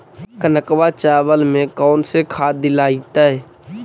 कनकवा चावल में कौन से खाद दिलाइतै?